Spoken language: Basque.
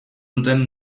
duten